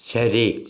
ശരി